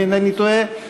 אם אינני טועה,